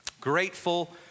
Grateful